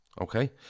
Okay